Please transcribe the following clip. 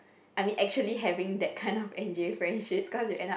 I mean actually having that kind of N_J friendships cause you end up